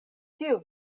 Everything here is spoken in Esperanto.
kiu